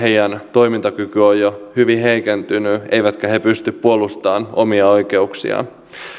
toimintakykynsä on jo hyvin heikentynyt eivätkä he pysty puolustamaan omia oikeuksiaan